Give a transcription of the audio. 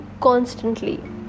constantly